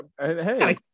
Hey